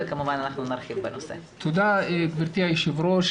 תודה גבירתי היו"ר.